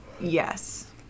Yes